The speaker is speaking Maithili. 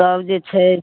तब जे छै